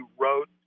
wrote